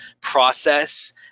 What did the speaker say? process